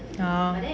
orh